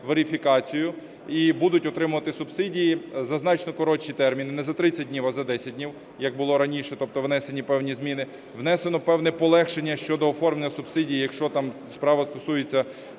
верифікацію і будуть отримувати субсидії за значно коротші терміни: не за 30 днів, а за 10 днів, як було раніше. Тобто внесені певні зміни. Внесено певне полегшення щодо оформлення субсидій, якщо там справа стосується